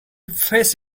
face